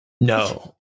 No